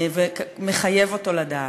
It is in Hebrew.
ומחייב אותו לדעת.